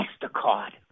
Mastercard